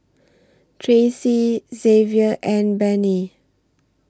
Tracey Xzavier and Benny